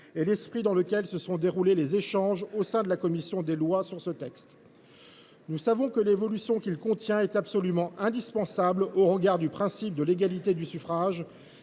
et l’esprit dans lequel se sont déroulés les échanges sur ce texte au sein de cette même commission. Nous savons que l’évolution qu’il contient est absolument indispensable au regard du principe de l’égalité du suffrage